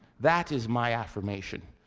that is my affirmation.